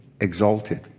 exalted